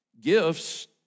gifts